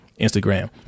Instagram